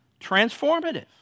transformative